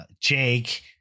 Jake